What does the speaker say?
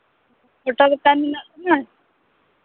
ᱜᱳᱴᱟᱜᱮ ᱛᱟᱭ ᱢᱮᱱᱟᱜ ᱛᱟᱢᱟ